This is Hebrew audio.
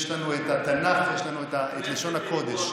יש לנו את התנ"ך, ויש לנו את לשון הקודש.